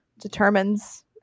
determines